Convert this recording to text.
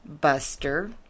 Buster